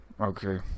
Okay